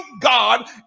God